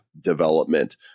development